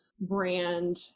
brand